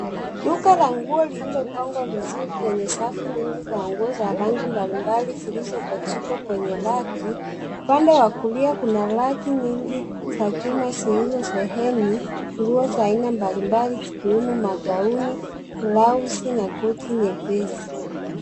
Duka la nguo lililopangwa vizuri lenye safu nyingi za nguo za rangi mbalimbali zilizopachikwa kwenye raki. Upande wa kulia kuna raki nyingi za chuma zilizosheheni nguo za aina mbalimbali zikiwemo magauni, blausi na koti nyepesi.